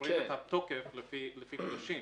סופרים את התוקף לפי גושים.